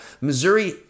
Missouri